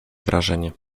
wrażenie